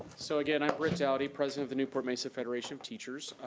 so again, i'm brent dowdy, president of the newport mesa federation of teachers.